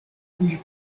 kiuj